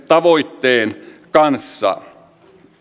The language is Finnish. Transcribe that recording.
tavoitteen kanssa